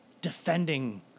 defending